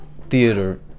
theater